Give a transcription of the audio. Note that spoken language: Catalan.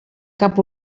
cap